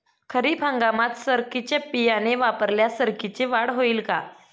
खरीप हंगामात सरकीचे बियाणे वापरल्यास सरकीची वाढ होईल का?